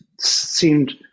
seemed